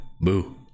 boo